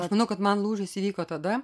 aš manau kad man lūžis įvyko tada